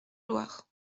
loire